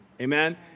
Amen